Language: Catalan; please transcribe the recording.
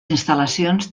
instal·lacions